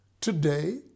today